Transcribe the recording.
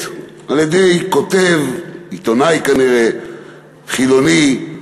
על-ידי כותב, עיתונאי כנראה, חילוני.